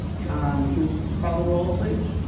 can we call the roll please?